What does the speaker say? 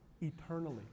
eternally